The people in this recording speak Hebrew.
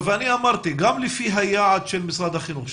אני אמרתי גם לפי היעד של משרד החינוך,